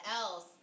else